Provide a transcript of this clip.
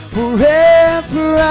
Forever